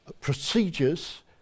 procedures